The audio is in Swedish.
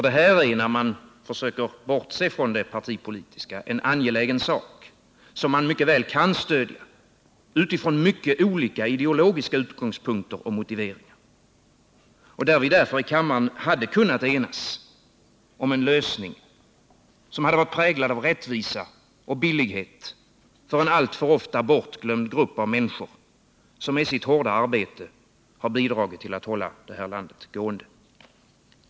Detta är, om man försöker bortse från det partipolitiska, en angelägen sak, som man mycket väl kan stödja utifrån mycket olika ideologiska utgångspunkter och motiveringar och där vi därför i kammaren hade kunnat enas om en lösning, som hade varit präglad av rättvisa och billighet för en alltför ofta bortglömd grupp av människor, som med sitt hårda arbete har bidragit till att hålla detta land gående.